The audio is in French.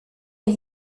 est